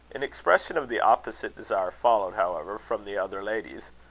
an expression of the opposite desire followed, however, from the other ladies.